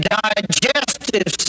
digestive